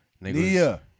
Nia